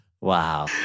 wow